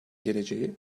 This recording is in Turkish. geleceği